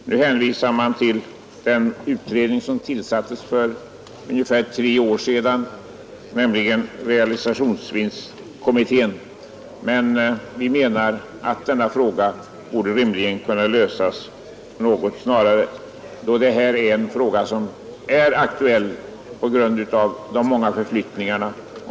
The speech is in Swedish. Nu hänvisar man till den utredning som tillsattes för ungefär tre år sedan, nämligen realisationsvinstkommittén. Vi menar emellertid att denna fråga rimligen borde kunna lösas något snabbare, då den är aktuell på grund av det stora antalet förflyttningar.